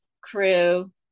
crew